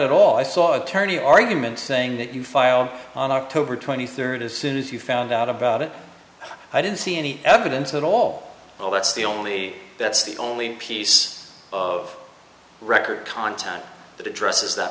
at all i saw attorney argument saying that you filed on october twenty third as soon as you found out about it i didn't see any evidence at all oh that's the only that's the only piece of record content that addresses that